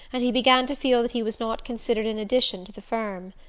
and he began to feel that he was not considered an addition to the firm.